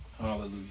Hallelujah